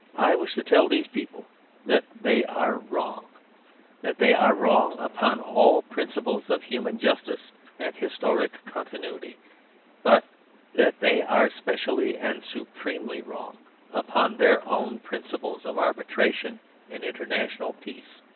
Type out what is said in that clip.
i wish to tell these people that they are wrong that they are wrong upon all principles of human justice and historic continuity but that they are specially and supremely wrong upon their own principles of arbitration and international peace.